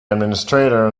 administrator